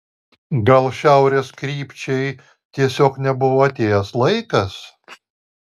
gal šiaurės krypčiai tiesiog nebuvo atėjęs laikas